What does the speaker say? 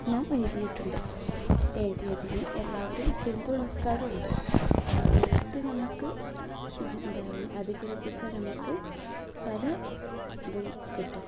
ഞാൻ എഴുതിയിട്ടുണ്ട് എഴുതിയതിന് എല്ലാവരും പിന്തുണക്കാറും ഉണ്ട് എഴുത്ത് നമുക്ക് എന്താ അധികരിപ്പിച്ചാൽ നമുക്ക് പല ഇതും കിട്ടും